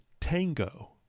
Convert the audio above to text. Tango